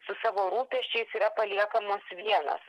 su savo rūpesčiais yra paliekamos vienos